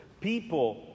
People